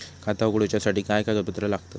खाता उगडूच्यासाठी काय कागदपत्रा लागतत?